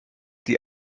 die